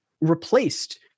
Replaced